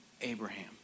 Abraham